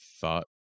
thought